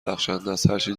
بخشندست، هرچی